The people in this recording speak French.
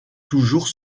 toujours